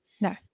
No